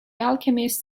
alchemist